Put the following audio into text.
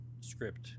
script